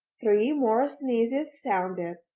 three more sneezes sounded,